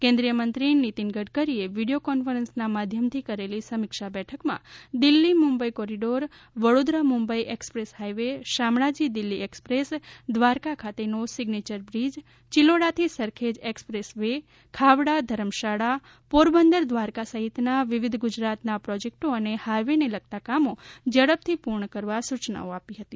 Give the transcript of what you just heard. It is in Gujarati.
કેન્દ્રીય મંત્રી નિતીન ગડકરીએ વિડીયો કોન્ફરન્સનાં માધ્યમથી કરેલી સમીક્ષા બેઠકમાં Delhi Mumbai corridor Vadodara Mumbai express highway Shamlaji Delhi એક્સ્પ્રેસદ્રારકા ખાતેનો સિઝેયર બ્રિજ ચિલોડાથી સરખેજ એકસ્પ્રેસ વે ખાવડા ધરમશાળા પોરબંદર દ્વારકા સહિતનાં વિવિધ ગુજરાતનાં પ્રોજેકટો અને હાઈવેને લગતાં કામો ઝડપથી પૂર્ણ કરવા સુચનાઓ આપી હતી